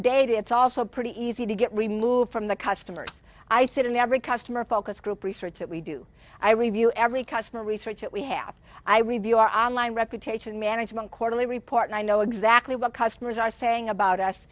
data it's also pretty easy to get removed from the customer's i sit in every customer focus group research that we do i review every customer research it we have i review our on line reputation management quarterly report and i know exactly what customers are saying about us